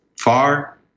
far